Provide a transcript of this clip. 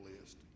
list